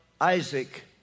Isaac